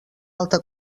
alta